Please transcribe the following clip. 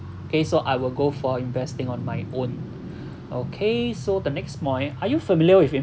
'kay so I will go for investing on my own okay so the next point are you familiar with